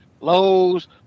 Lowe's